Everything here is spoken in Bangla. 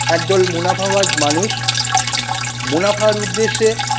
একদল মুনাফাবাজ মানুষ মুনাফার উদ্দেশ্যে